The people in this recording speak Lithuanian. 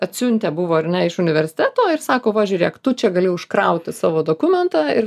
atsiuntę buvo ar ne iš universiteto ir sako va žiūrėk tu čia gali užkrauti savo dokumentą ir